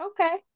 Okay